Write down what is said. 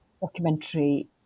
documentary